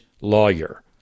lawyer